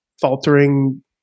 faltering